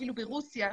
אפילו ברוסיה,